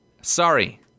sorry